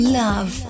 love